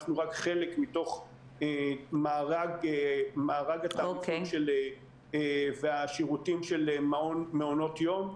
אנחנו רק חלק מתוך מארג ה- -- והשירותים של מעונות יום.